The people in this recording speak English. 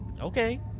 Okay